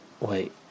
wait